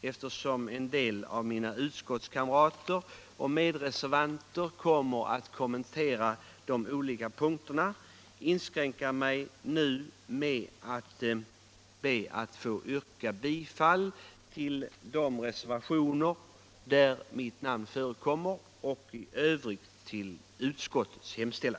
Eftersom en del av mina utskottskamrater och medreservanter kommer att kommentera de olika punkterna, skall jag dock inskränka mig till att nu be att få yrka bifall till de reservationer där mitt namn förekommer och i övrigt bifall till utskottets hemställan.